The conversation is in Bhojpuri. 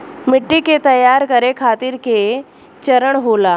मिट्टी के तैयार करें खातिर के चरण होला?